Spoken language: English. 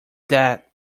that